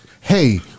Hey